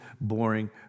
boring